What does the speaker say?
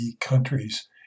countries